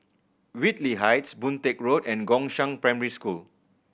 Whitley Heights Boon Teck Road and Gongshang Primary School